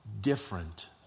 different